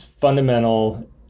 fundamental